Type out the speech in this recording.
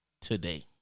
today